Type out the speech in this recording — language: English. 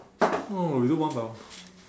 no no we do one by one